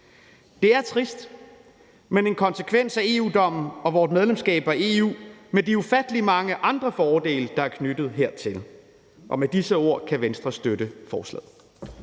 Det er trist, men en konsekvens af EU-dommen og vort medlemskab af EU med de ufattelig mange andre fordele, der er knyttet hertil. Med disse ord kan Venstre støtte forslaget.